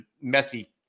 messy